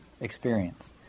experience